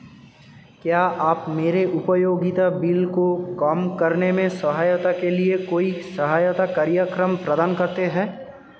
क्या आप मेरे उपयोगिता बिल को कम करने में सहायता के लिए कोई सहायता कार्यक्रम प्रदान करते हैं?